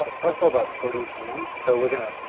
um so sort of i thirty hands, so we're gonna.